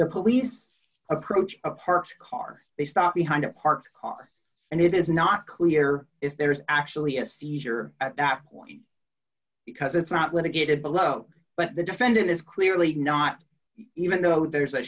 the police approach a parked car they stop behind a parked car and it is not clear if there is actually a seizure at that point because it's not going to get it below but the defendant is clearly not even though there's a